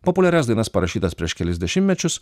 populiarias dainas parašytas prieš kelis dešimtmečius